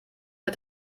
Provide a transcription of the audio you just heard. der